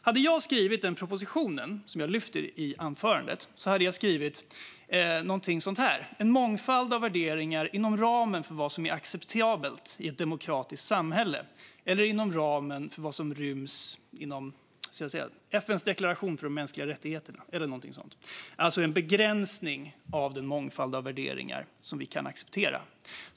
Hade jag skrivit den proposition jag tog upp i anförandet hade jag skrivit någonting i stil med "en mångfald av värderingar inom ramen för vad som är acceptabelt i ett demokratiskt samhälle" eller "inom ramen för vad som ryms i FN:s deklaration om de mänskliga rättigheterna". Någonting sådant hade jag skrivit, det vill säga gjort en begränsning av den mångfald av värderingar som vi kan acceptera.